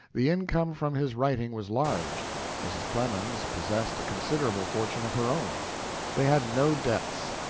the income from his writing was large mrs. clemens possessed a considerable fortune of her own they had no debts.